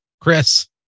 Chris